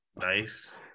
Nice